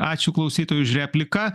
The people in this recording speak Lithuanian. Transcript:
ačiū klausytojui už repliką